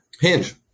hinge